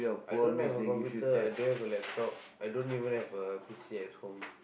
I don't have a computer I don't have a laptop I don't even have a P_C at home